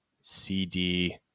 CD